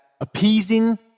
appeasing